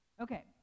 Okay